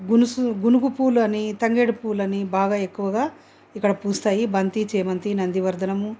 బూనుగుపూలు అని తంగేడి పూలు అని బాగా ఎక్కువగా ఇక్కడ పూస్తాయి బంతి చేమంతి నందివర్ధనము